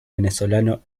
venezolano